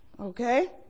Okay